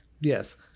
Yes